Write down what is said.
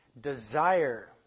desire